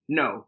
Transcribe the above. no